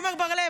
עמר בר-לב,